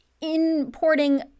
importing